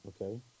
okay